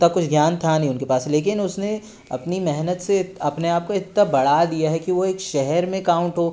उतना कुछ ज्ञान था नहीं उनके पास लेकिन उसनें अपनी मेहनत से अपने आपको इतना बढ़ा लिया है कि वो एक शहर में काउंट हो